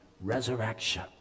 resurrection